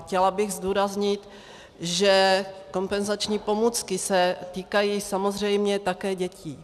Chtěla bych zdůraznit, že kompenzační pomůcky se týkají samozřejmě také dětí.